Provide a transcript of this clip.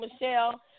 Michelle